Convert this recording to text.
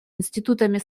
институтами